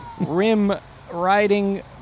rim-riding